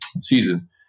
season